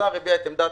השר הביע את עמדת